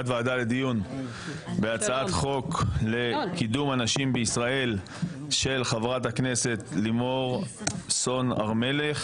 שעבר, של חבר הכנסת אלמוג כהן.